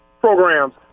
programs